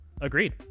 agreed